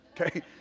okay